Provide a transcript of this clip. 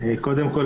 קודם כל,